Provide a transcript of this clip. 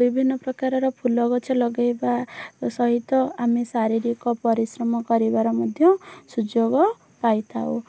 ବିଭିନ୍ନପ୍ରକାରର ଫୁଲଗଛ ଲଗାଇବା ସହିତ ଆମେ ଶାରୀରିକ ପରିଶ୍ରମ କରିବାର ମଧ୍ୟ ସୁଯୋଗ ପାଇଥାଉ